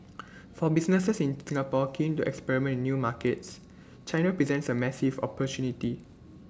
for businesses in Singapore keen to experiment in new markets China presents A massive opportunity